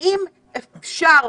אם יש מספיק